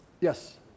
Yes